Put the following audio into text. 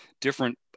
different